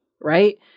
right